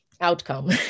outcome